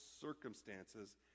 circumstances